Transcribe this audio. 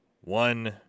one